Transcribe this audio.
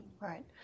Right